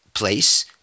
place